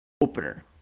opener